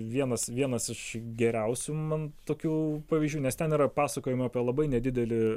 vienas vienas iš geriausių man tokių pavyzdžių nes ten yra pasakojima apie labai nedidelį